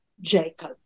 Jacob